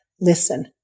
listen